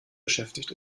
beschäftigt